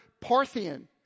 Parthian